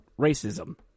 racism